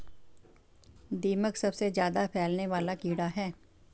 दीमक सबसे ज्यादा फैलने वाला कीड़ा है